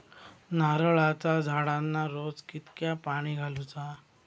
नारळाचा झाडांना रोज कितक्या पाणी घालुचा?